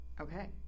okay